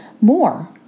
more